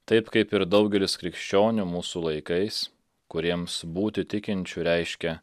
taip kaip ir daugelis krikščionių mūsų laikais kuriems būti tikinčiu reiškia